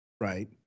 Right